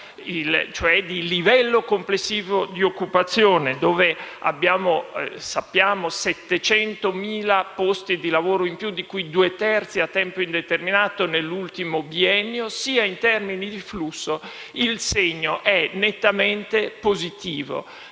(cioè di livello complessivo di occupazione, dove abbiamo circa 700.000 posti di lavoro in più, di cui due terzi a tempo indeterminato nell’ultimo biennio), sia in termini di flusso il segno è nettamente positivo.